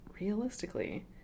Realistically